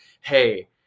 Hey